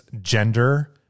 gender